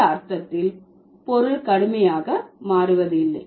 அந்த அர்த்தத்தில் பொருள் கடுமையாக மாறுவதில்லை